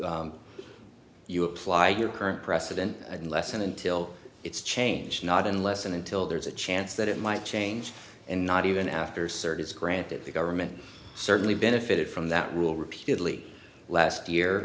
you apply your current precedent unless and until it's changed not unless and until there's a chance that it might change and not even after search is granted the government certainly benefited from that rule repeatedly last